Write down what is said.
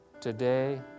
Today